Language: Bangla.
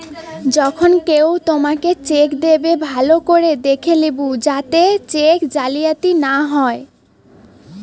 যখন কেও তোমাকে চেক দেবে, ভালো করে দেখে লেবু যাতে চেক জালিয়াতি না হয়